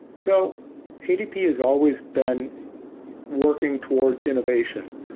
so adp has always been working towards innovation.